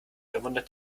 verwundert